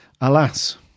alas